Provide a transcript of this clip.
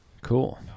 Cool